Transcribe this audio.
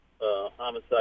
homicide